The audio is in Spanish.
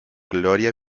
gloria